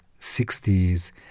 60s